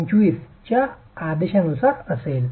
25 च्या आदेशानुसार असेल